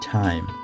time